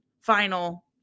final